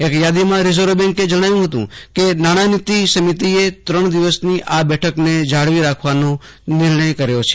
એક યાદીમાં રીઝર્વ બેન્કે જણાવ્યું હતું કે નાણાનીતિ સમિતિએ દિવસની આ બેઠકને જાળવી રાખવાનો નિર્ણય કર્યો છે